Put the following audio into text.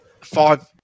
five